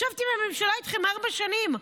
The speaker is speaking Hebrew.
ישבתי בממשלה איתכם ארבע שנים.